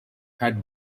had